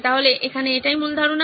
তাহলে এখানে এটাই মূল ধারণা